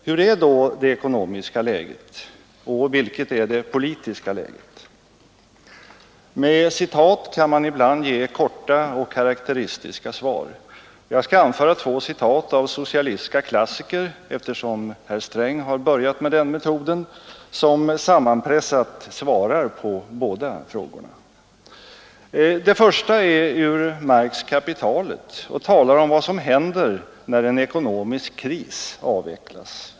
Hur är då det ekonomiska läget? Och vilket är det politiska läget? Med citat kan man ibland ge korta och karakteristiska svar. Jag skall anföra två citat av socialistiska klassiker — eftersom herr Sträng har börjat med den metoden — som sammanpressat svarar på båda frågorna. Det första citatet är ur Marx” Kapitalet och talar om vad som händer när en ekonomisk kris avvecklas.